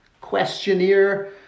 questionnaire